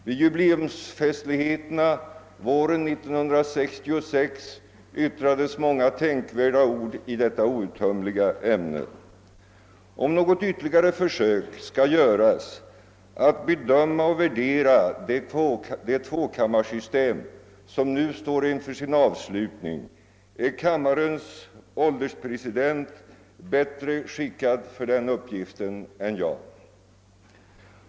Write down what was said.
Vid jubileumsfestligheterna våren 1966 yttrades många tänkvärda ord i detta outtömliga ämne. Om något ytterligare försök skall göras att bedöma och värdera det tvåkammarsystem, som nu står inför sin avslutning, så är kammarens ålderspresident bättre skickad för den uppgiften än jag.